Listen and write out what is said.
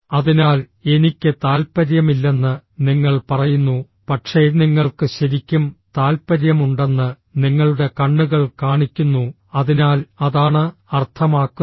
അതിനാൽ എനിക്ക് താൽപ്പര്യമില്ലെന്ന് നിങ്ങൾ പറയുന്നു പക്ഷേ നിങ്ങൾക്ക് ശരിക്കും താൽപ്പര്യമുണ്ടെന്ന് നിങ്ങളുടെ കണ്ണുകൾ കാണിക്കുന്നു അതിനാൽ അതാണ് അർത്ഥമാക്കുന്നത്